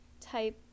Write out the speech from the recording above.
type